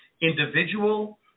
individual